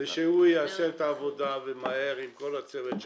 ושהוא יעשה את העבודה ומהר עם כל הצוות שלו.